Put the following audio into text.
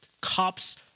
cops